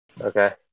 Okay